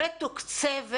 מתוקצבת.